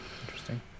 Interesting